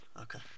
Okay